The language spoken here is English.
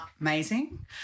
amazing